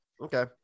okay